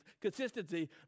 consistency